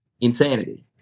insanity